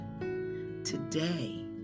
today